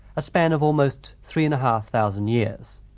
a span of almost three and a half thousand years.